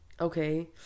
Okay